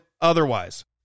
Otherwise